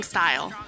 Style